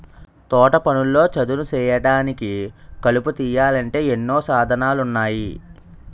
తోటపనుల్లో చదును సేయడానికి, కలుపు తీయాలంటే ఎన్నో సాధనాలున్నాయి